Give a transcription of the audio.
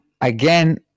again